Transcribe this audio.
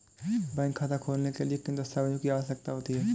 Bank खाता खोलने के लिए किन दस्तावेज़ों की आवश्यकता होती है?